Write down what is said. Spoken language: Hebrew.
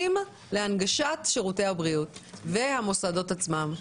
להנגשת שירותי הבריאות והמוסדות עצמם.